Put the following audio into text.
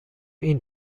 این